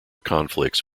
conflicts